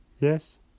Yes